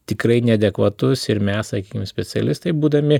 tikrai neadekvatus ir mes sakykim specialistai būdami